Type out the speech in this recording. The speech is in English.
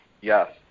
yes